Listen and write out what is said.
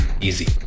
easy